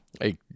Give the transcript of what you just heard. Hey